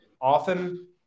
Often